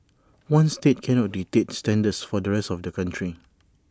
one state cannot dictate standards for the rest of the country